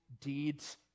deeds